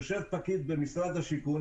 יושב פקיד במשרד השיכון,